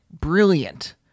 brilliant